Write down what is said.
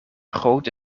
grote